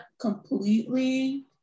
completely